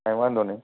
હા વાંધો નહીં